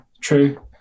true